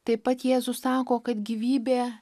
taip pat jėzus sako kad gyvybė